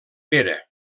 pere